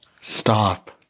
Stop